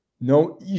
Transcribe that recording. no